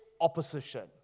opposition